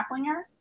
Kaplinger